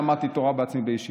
אני למדתי תורה בעצמי בישיבה,